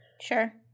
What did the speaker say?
Sure